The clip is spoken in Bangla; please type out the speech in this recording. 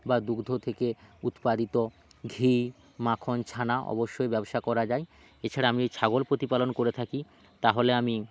বা দুগ্ধ থেকে উৎপাদিত ঘি মাখন ছানা অবশ্যই ব্যবসা করা যায় এছাড়া আমি যদি ছাগল প্রতিপালন করে থাকি তাহলে আমি